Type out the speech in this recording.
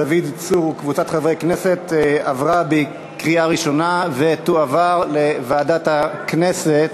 לדיון מוקדם בוועדה שתקבע ועדת הכנסת